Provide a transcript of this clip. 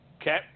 Okay